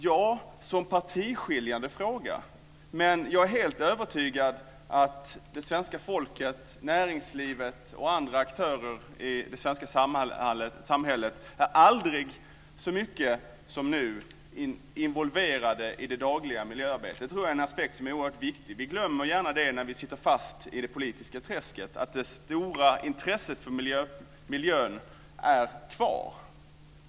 Ja, som partiskiljande fråga, men jag är helt övertygad om att det svenska folket, näringslivet och andra aktörer i det svenska samhället aldrig så mycket som nu varit involverade i det dagliga miljöarbetet. Det tror jag är en aspekt som är oerhört viktig. Vi glömmer gärna när vi sitter fast i det politiska träsket att det stora intresset för miljön finns kvar.